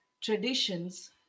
traditions